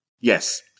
Yes